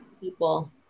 people